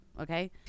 okay